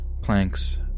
planks